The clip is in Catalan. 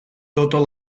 totes